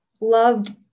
loved